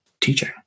teaching